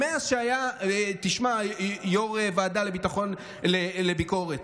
תשמע, יו"ר הוועדה לביקורת,